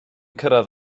cyrraedd